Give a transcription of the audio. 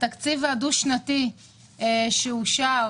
התקציב הדו-שנתי שאושר